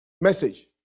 message